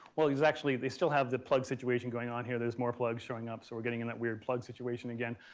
well it's actually they still have the plug situation going on here. there's more plugs showing up. so, we're getting into and that weird plug situation again.